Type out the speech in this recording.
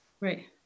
Right